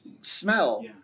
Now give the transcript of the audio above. smell